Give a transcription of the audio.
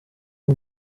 uwo